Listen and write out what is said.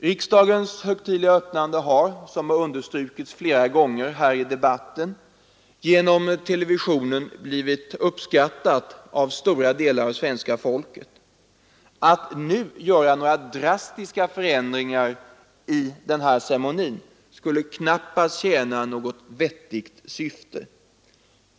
Riksdagens högtidliga öppnande har, som understrukits flera gånger här i debatten, genom televisionen blivit uppskattat av stora delar av svenska folket. Att nu göra några drastiska ändringar i denna ceremoni skulle knappast tjäna något vettigt syfte.